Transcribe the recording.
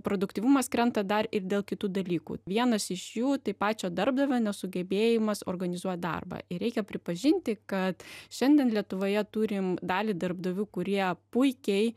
produktyvumas krenta dar ir dėl kitų dalykų vienas iš jų tai pačio darbdavio nesugebėjimas organizuot darbą ir reikia pripažinti kad šiandien lietuvoje turim dalį darbdavių kurie puikiai